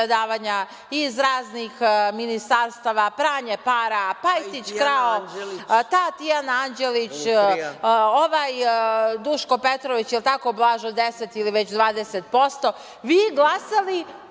iz raznih ministarstava, pranje para, Pajtić krao, ta Tijana Anđelić, ovaj Duško Petrović, jel tako Blažo, 10 ili već 20%, vi glasali,